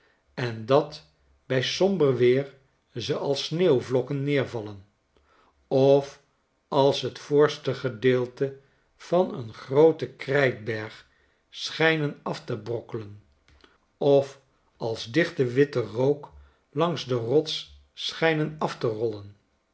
en dat bij somber weer ze als sneeuwvlokken neervallen of als het voorste gedeelte van een grooten krijtberg schijnen af te brokkelen of als dichte witte rook langs de rots schijnen af te rollen